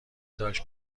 داشت